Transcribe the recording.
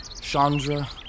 Chandra